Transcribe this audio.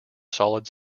solid